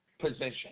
position